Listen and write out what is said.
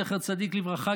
זכר צדיק לברכה,